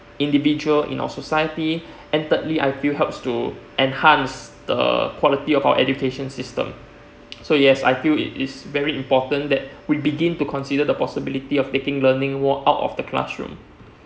individual in our society and thirdly I feel helps to enhance the quality of our education system so yes I feel it is very important that we begin to consider the possibility of taking learning wo~ out of the classroom